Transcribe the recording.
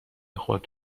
خود